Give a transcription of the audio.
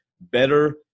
Better